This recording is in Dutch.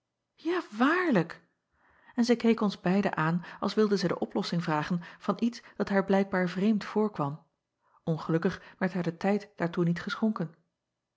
ja waarlijk n zij keek ons beiden aan als wilde zij de oplossing vragen van iets dat haar blijkbaar vreemd voorkwam ngelukkig werd haar de tijd daartoe niet geschonken